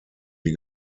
die